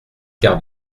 quart